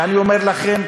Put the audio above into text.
ואני אומר לכם: